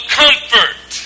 comfort